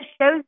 shows